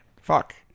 fuck